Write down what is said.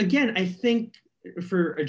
again i think for